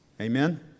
Amen